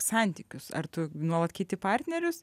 santykius ar tu nuolat keiti partnerius